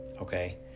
Okay